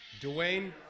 Dwayne